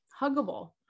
huggable